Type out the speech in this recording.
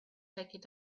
taking